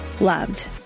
loved